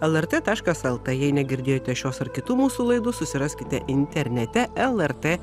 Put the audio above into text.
lrt taškas lt jei negirdėjote šios ar kitų mūsų laidų susiraskite internete lrt